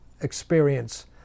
experience